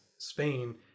Spain